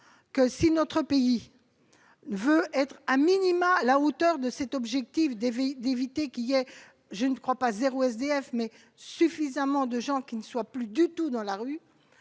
que si notre pays veut être a minima à la hauteur de cet objectif d'éviter qu'il y a, je ne crois pas 0 SDF mais suffisamment de gens qui ne soit plus du tout dans la rue,